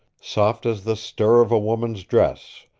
soft as the stir of a woman's dress,